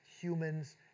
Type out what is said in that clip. humans